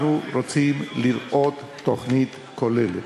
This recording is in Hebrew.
אנחנו רוצים לראות תוכנית כוללת.